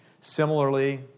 Similarly